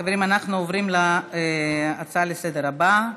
חברים, אנחנו עוברים להצעות לסדר-היום הבאות,